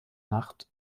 nacht